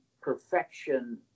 perfection